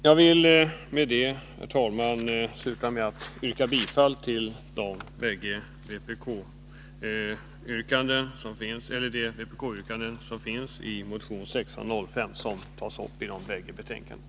Jag vill, herr talman, sluta med att yrka bifall till de vpk-yrkanden som finns i motion 1605 som tas upp i de båda föreliggande betänkandena.